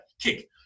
Kick